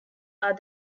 are